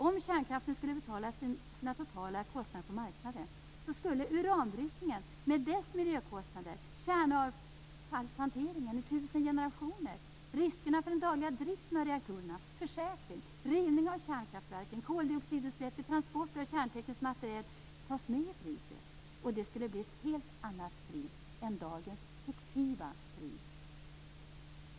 Om kärnkraften skulle betala sina totala kostnader på marknaden, skulle uranbrytningen med dess miljökostnader, kärnavfallshanteringen i tusen generationer, riskerna med den dagliga driften av reaktorerna, försäkring, rivning av kärnkraftverken, koldioxidutsläpp vid transporter av kärntekniskt materiel tas med i priset. Det skulle bli ett helt annat pris än dagens fiktiva pris.